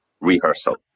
rehearsal